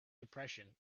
depression